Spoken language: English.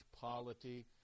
polity